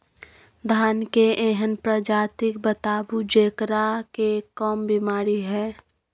धान के एहन प्रजाति बताबू जेकरा मे कम बीमारी हैय?